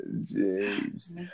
James